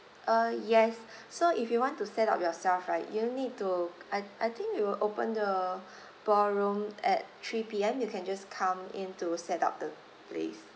uh yes so if you want to set up yourself right you need to I I think we will open the ballroom at three P_M you can just come in to set up the place